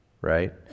Right